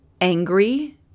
angry